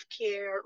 care